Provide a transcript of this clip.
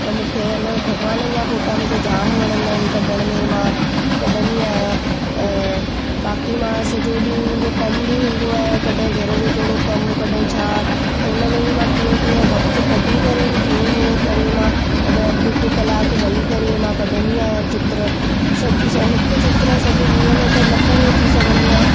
त मूंखे आहे न भॻवान जा फ़ोटा मूंखे जामु वणंदा आहिनि कढण में मां कढंदी आहियां ऐं बाक़ी मां सॼो ॾींहुं मुंहिंजो कमु बि हूंदो आहे कॾहिं थोरो घर जो कमु कॾहिं छा त उनमें बि मां कीअं कीअं वक़्तु कढी करे बि थोरो थोरो करे मां कॾहिं अधि हिकु कलाकु वही करे कढंदी आहियां चित्र सज हिकु चित्र सॼे ॾींहं में त न पूरो थी सघंदो आहे